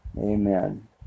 Amen